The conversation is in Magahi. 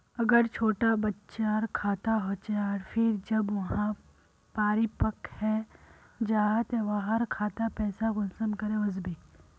अगर छोटो बच्चार खाता होचे आर फिर जब वहाँ परिपक है जहा ते वहार खातात पैसा कुंसम करे वस्बे?